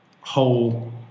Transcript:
whole